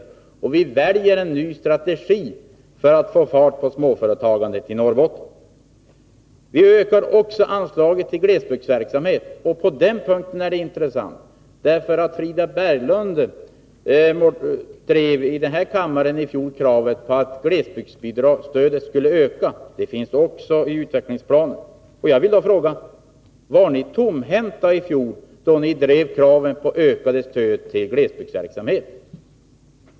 Vi väljer en ny 10 maj 1983 strategi för att få fart på småföretagandet i Norrbotten. Centern vill också öka anslaget till glesbygdsverksamhet, och den saken är intressant. I fjol framförde nämligen Frida Berglund i den här kammaren kravet att glesbygdsbidragsstödet skulle höjas. Det finns också med i utvecklingsplanen. Då vill jag fråga: Var ni tomhänta i fjol, då ni drev kravet på ökat stöd till glesbygdsverksamhet?